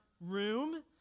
room